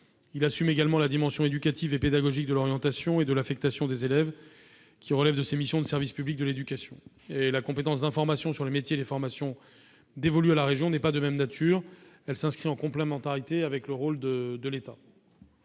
Il assume également la dimension éducative et pédagogique de l'orientation et de l'affectation des élèves, qui relève de ses missions de service public de l'éducation. La compétence d'information sur les métiers et les formations dévolue à la région n'est pas de même nature. Elle s'inscrit en complémentarité avec le rôle de l'État.